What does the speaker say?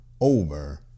over